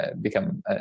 become